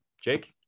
Jake